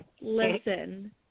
Listen